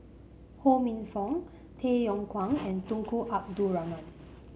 Ho Minfong Tay Yong Kwang and Tunku Abdul Rahman